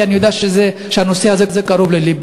כי אני יודע שהנושא הזה קרוב ללבך.